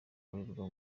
babarirwa